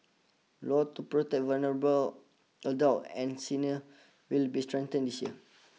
laws to protect vulnerable adults and seniors will be strengthened this year